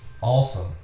awesome